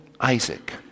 Isaac